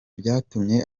byatumye